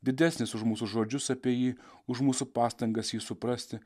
didesnis už mūsų žodžius apie jį už mūsų pastangas jį suprasti